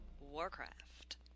Warcraft